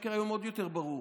השקר היום עוד יותר ברור,